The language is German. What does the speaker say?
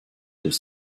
des